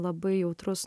labai jautrus